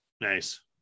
nice